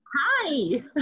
hi